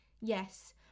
yes